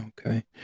okay